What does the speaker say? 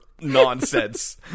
nonsense